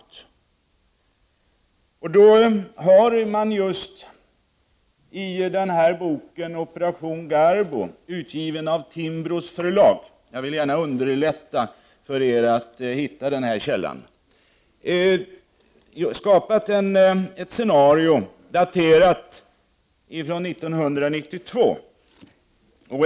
I boken Operation Garbo II, utgiven av Timbros förlag — jag vill gärna underlätta för er att hitta källan — har man skapat ett scenario daterat 1992.